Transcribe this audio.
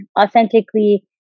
authentically